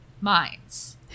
minds